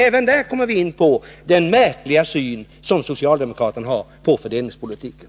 Även där kommer vi in på den märkliga syn som socialdemokraterna har på fördelningspolitiken.